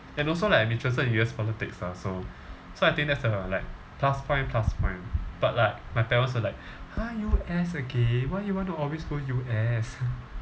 and also like I'm interested in U_S politics ah so so I think that's the like plus point plus point but like my parents are like !huh! U_S again why you want to always go U_S